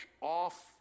off